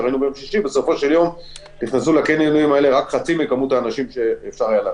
בסופו של יום נכנסו לקניונים רק מחצית מכמות האנשים שהגיעו.